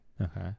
okay